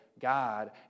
God